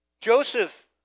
Joseph